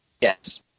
Yes